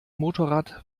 motorrad